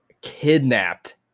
kidnapped